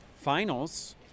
finals